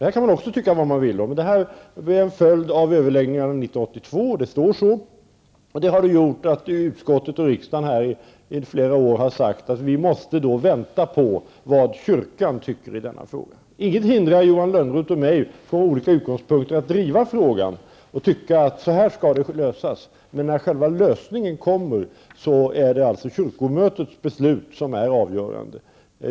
Det kan man också tycka vad man vill om, men detta blev en följd av överläggningarna 1982. Det står så. Det har inneburit att utskottet och riksdagen i flera år har sagt att vi måste vänta på vad kyrkan tycker i denna fråga. Inget hindrar Johan Lönnroth och mig att från olika utgångspunkter driva frågan och tycka att den skall lösas på ett visst sätt. Men när själva lösningen kommer är det alltså kyrkomötets beslut som är avgörande.